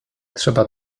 trzeba